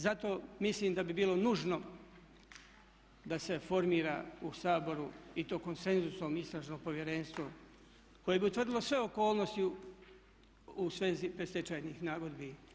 Zato mislim da bi bilo nužno da se formira u Saboru i to konsenzusom istražno povjerenstvo koje bi utvrdilo sve okolnosti u svezi predstečajnih nagodbi.